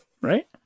right